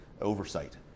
oversight